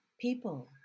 people